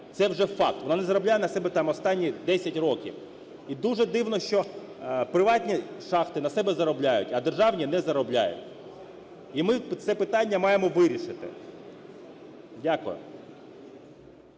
Це вже факт. Вона не заробляє на себе там останні 10 років. І дуже дивно, що приватні шахти на себе заробляють, а державні не заробляють. І ми це питання маємо вирішити. Дякую.